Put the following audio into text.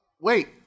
wait